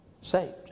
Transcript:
saved